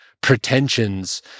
pretensions